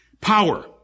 Power